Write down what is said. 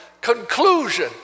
conclusion